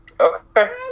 Okay